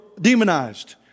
demonized